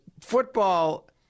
football